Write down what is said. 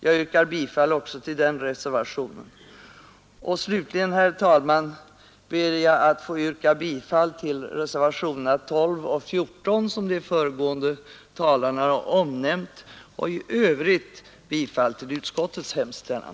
Jag yrkar bifall också till den reservationen. Slutligen, herr talman, ber jag att få yrka bifall till reservationerna 12 och 14, som de föregående talarna har omnämnt, och i övrigt bifall till utskottets hemställan.